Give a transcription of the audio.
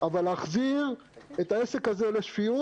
אבל להחזיר את העסק הזה לשפיות